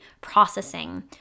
processing